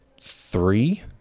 Three